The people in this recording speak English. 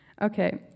Okay